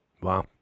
Wow